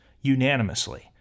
unanimously